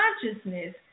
consciousness